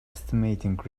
estimating